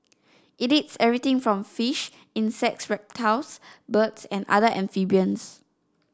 it eats everything from fish insects reptiles birds and other amphibians